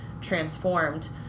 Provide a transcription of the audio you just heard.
transformed